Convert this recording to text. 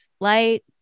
light